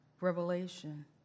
revelation